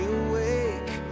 awake